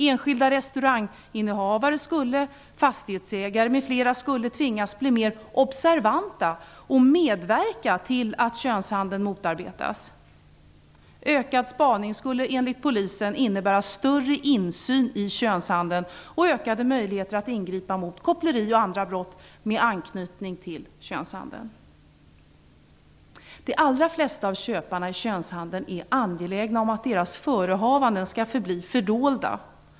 Enskilda restauranginnehavare, fastighetsägare m.fl. skulle tvingas att bli mer observanta och därigenom medverka till att könshandeln motarbetas. Ökad spaningsverksamhet skulle enligt Polisen innebära större insyn i könshandeln och ökade möjligheter att ingripa mot koppleri och andra brott med anknytning till könshandeln. De allra flesta av köparna i könshandeln är angelägna om att deras förehavanden skall förbli fördolda.